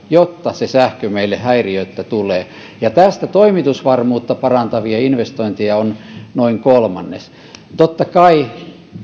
jotta sähkö meille häiriöttä tulee ja tästä toimitusvarmuutta parantavia investointeja on noin kolmannes totta kai